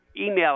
email